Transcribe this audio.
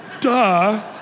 Duh